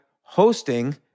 hosting